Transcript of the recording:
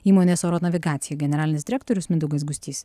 įmonės oro navigacija generalinis direktorius mindaugas gustys